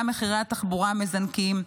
גם מחירי התחבורה מזנקים.